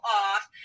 off